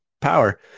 power